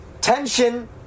tension